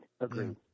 agreed